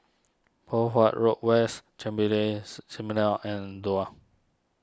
Poh Huat Road West Chen and Duo